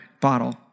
bottle